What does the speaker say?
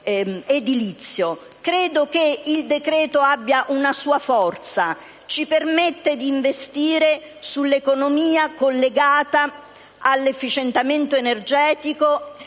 Credo che il decreto abbia una sua forza: ci permette di investire sull'economia collegata all'efficientamento energetico e